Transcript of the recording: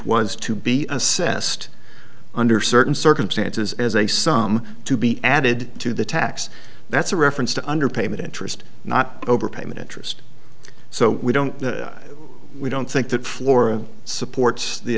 was to be assessed under certain circumstances as a sum to be added to the tax that's a reference to underpayment interest not overpayment interest so we don't we don't think that flora supports the